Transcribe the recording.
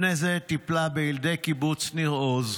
לפני זה טיפלה בילדי קיבוץ ניר עוז,